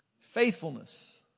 Faithfulness